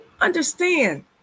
understand